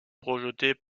projetés